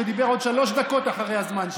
שדיבר עוד שלוש דקות אחרי הזמן שלו.